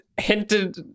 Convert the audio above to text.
Hinted